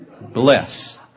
bless